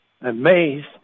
amazed